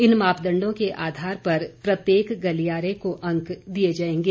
इन मापदंडों के आधार पर प्रत्येक गलियारे को अंक दिए जाएंगे